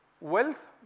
Wealth